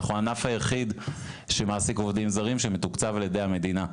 אנחנו הענף היחיד שמעסיק עובדים זרים ושמתוקצב על ידי המדינה.